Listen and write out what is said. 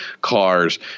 cars